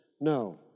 no